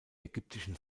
ägyptischen